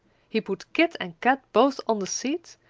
he put kit and kat both on the seat,